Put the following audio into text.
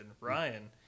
ryan